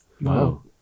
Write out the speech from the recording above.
Wow